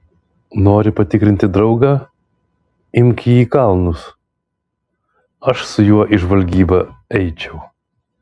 nori patikrinti draugą imk jį į kalnus aš su juo į žvalgybą eičiau